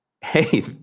hey